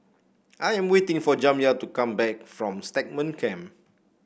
I am waiting for Jamya to come back from Stagmont Camp